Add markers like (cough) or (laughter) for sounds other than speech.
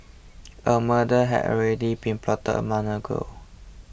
a murder had already been plotted a (unintelligible) ago